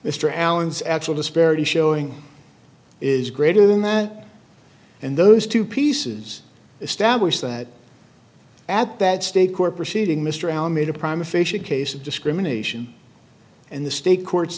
mr allen's actual disparity showing is greater than that and those two pieces establish that at that state court proceeding mr alameda promise fish a case of discrimination and the state court's